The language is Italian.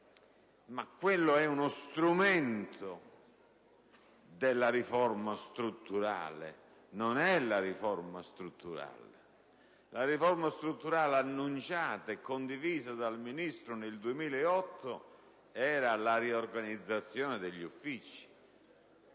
ma quello è uno strumento della riforma strutturale, non è la riforma strutturale. La riforma strutturale annunciata e condivisa dal Ministro nel 2008 prevedeva la riorganizzazione degli uffici,